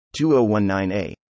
2019a